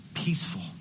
Peaceful